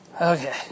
okay